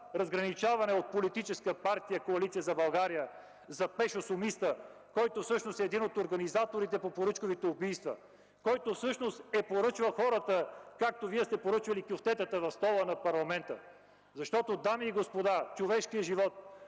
разграничаване на Коалиция за България от Пешо Сумиста, който всъщност е един от организаторите на поръчковите убийства. Той всъщност е поръчвал хората, както Вие сте поръчвали кюфтетата в стола на парламента. Дами и господа, човешкият живот